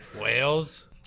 Whales